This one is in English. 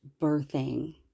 birthing